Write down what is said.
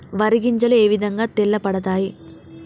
వరి గింజలు ఏ విధంగా తెల్ల పడతాయి?